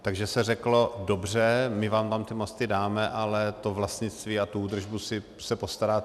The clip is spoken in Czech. Takže se řeklo dobře, my vám tam ty mosty dáme, ale o to vlastnictví a údržbu se postaráte.